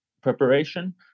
preparation